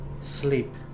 Sleep